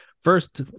first